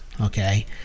Okay